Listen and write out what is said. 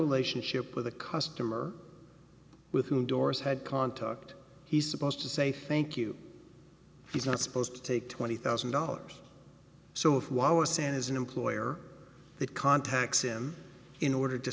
relationship with a customer with whom doris had contact he's supposed to say thank you he's not supposed to take twenty thousand dollars so if what i was saying is an employer that contacts him in order to